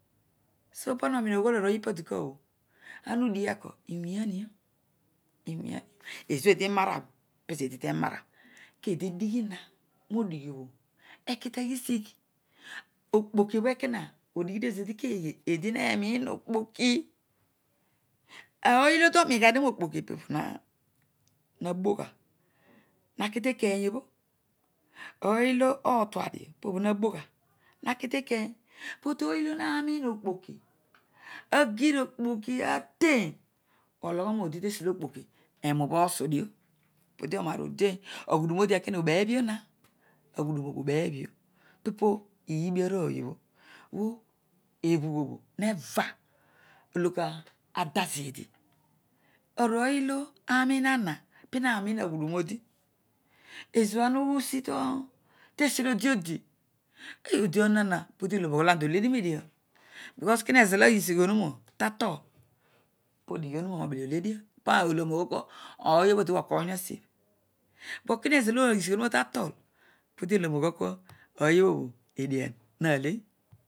So pana omh oghol arooy ipadikuabho ana odighieko hoolanio. Ezobho eed ronon bho pezo eedi teroara keedi tedigiri na roodighi obho ekita ghisigh okpokiobho eto na idighidiozeed keghe eedi herom okpoki ooy olo doronighadio mokpoki be a bogha naki te keñ obho ooy olo otuadio pobho ma bogha naki tekenn but ooy olo namin okpoki agir okpoki ateny ologhom odi tesi okpoki emuobho o̱o̱sudio odio maar odein aghudu roodi ekona obebhi ona aghudumobho obebhio pollbi arooy obho ebhughobho olokeda zaidi arooy olo amuana pina mis aghuduio odi ezobho ana usi tesiolo odi odi odia hoon ana podi ologhom agho ana doledio median because kine zolo agbisigh ohuma tatool podigho ohuma mobele ole ediah pa ologbom oghokua ooy obho dikua bho okoin hasibh but kinezolo aghisigh ohuma tato̱o̱l peedi ologhom oghol kua ooy obhobho edian hale